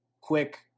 quick